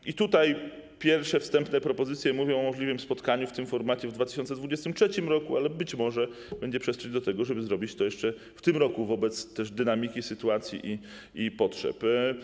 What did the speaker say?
I tutaj pierwsze wstępne propozycje mówią o możliwym spotkaniu w tym formacie w 2023 r., ale być może będzie przestrzeń do tego, żeby zrobić to jeszcze w tym roku wobec dynamiki sytuacji i ze względu na potrzeby.